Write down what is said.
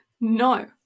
No